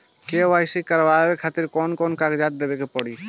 KYC करवावे खातिर कौन कौन कागजात देवे के पड़ी?